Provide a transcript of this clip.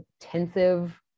intensive